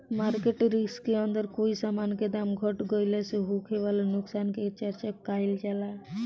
market risk के अंदर कोई समान के दाम घट गइला से होखे वाला नुकसान के चर्चा काइल जाला